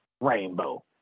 Rainbow